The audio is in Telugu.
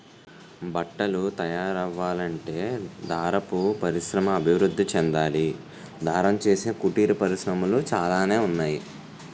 బట్టలు తయారవ్వాలంటే దారపు పరిశ్రమ అభివృద్ధి చెందాలి దారం చేసే కుటీర పరిశ్రమలు చాలానే ఉన్నాయి